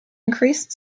increased